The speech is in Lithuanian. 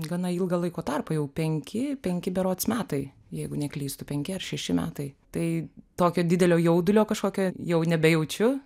gana ilgą laiko tarpą jau penki penki berods metai jeigu neklystu penki ar šeši metai tai tokio didelio jaudulio kažkokio jau nebejaučiu